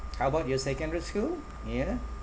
how about your secondary school ya